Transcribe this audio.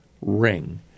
ring